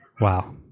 Wow